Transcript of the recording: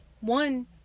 One